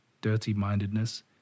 dirty-mindedness